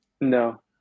No